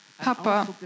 Papa